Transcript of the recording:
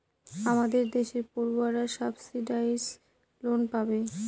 আমাদের দেশের পড়ুয়ারা সাবসিডাইস লোন পাবে